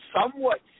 somewhat